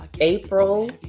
April